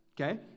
Okay